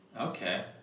Okay